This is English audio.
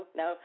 no